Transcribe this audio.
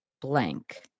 blank